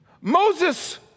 Moses